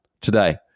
today